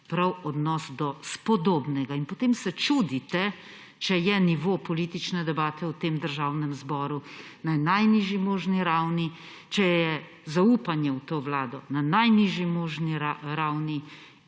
prav odnos do spodobnega. In potem se čudite, če je nivo politične debate v tem državnem zboru na najnižji možni ravni, če je zaupanje v to vlado na najnižji možni ravni,